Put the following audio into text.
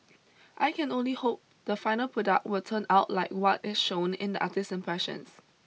I can only hope the final product will turn out like what is shown in the artist's impressions